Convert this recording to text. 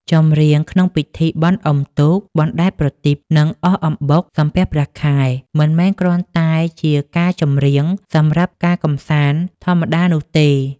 ចម្រៀងក្នុងពិធីបុណ្យអុំទូក បណ្តែតប្រទីប និងអកអំបុក សំពះព្រះខែ មិនមែនគ្រាន់តែជាការចម្រៀងសម្រាប់ការកម្សាន្តធម្មតានោះទេ។